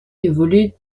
évolué